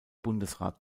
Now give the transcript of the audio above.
bundesrat